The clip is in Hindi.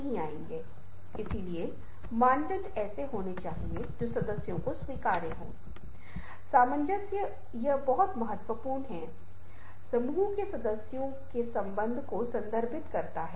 यहाँ एक और उदाहरण है जो इससे बहुत अलग है इसका प्रभाव इस तरह से बनता है कि शून्यता का प्रकार अलग हो जाता है और शून्यता का प्रकार फैलता है